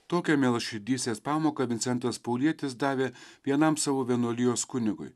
tokią mielaširdystės pamoką vincentas paulietis davė vienam savo vienuolijos kunigui